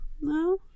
no